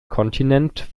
kontinent